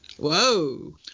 Whoa